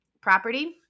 property